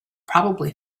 probably